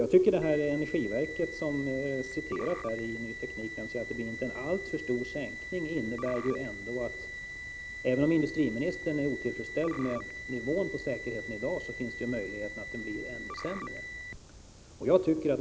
Jag tycker att det jag citerade ur Ny Teknik, att energiverket anser att det inte blir en alltför stor sänkning av säkerheten, ändå innebär att det — även om industriministern är otillfredsställd med dagens nivå på säkerheten — finns möjlighet att den blir ännu sämre.